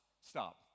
stop